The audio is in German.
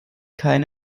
kein